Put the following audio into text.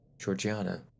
Georgiana